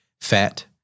Fat